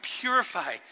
purify